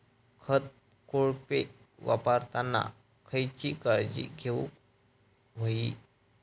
खत कोळपे वापरताना खयची काळजी घेऊक व्हयी?